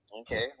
Okay